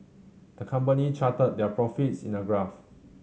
the company charted their profits in a graph